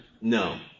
no